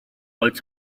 that